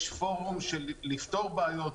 יש פורום של לפתור בעיות,